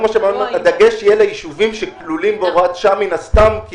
הדגש יהיה על היישובים שכלולים בהוראת השעה מן הסתם,